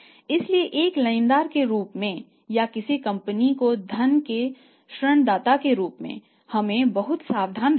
इसलिए एक लेनदार के रूप में या इस कंपनी को धन के ऋणदाता के रूप में हमें बहुत सावधान रहना होगा